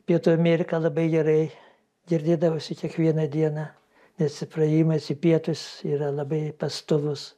pietų amerika labai gerai girdėdavosi kiekvieną dieną nes praėjimas į pietus yra labai pastovus